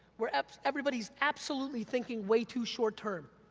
where everybody's absolutely thinking way too short-term.